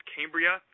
Cambria